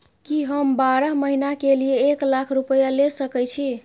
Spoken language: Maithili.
की हम बारह महीना के लिए एक लाख रूपया ले सके छी?